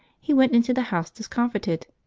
he went into the house discomfited,